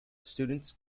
students